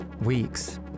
Weeks